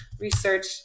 research